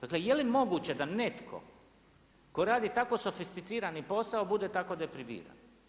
Dakle, je li moguće da netko tko radi tako sofisticirani posao bude tako depriviran.